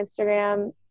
Instagram